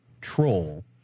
troll